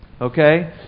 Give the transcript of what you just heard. Okay